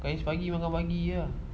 kais pagi makan pagi ah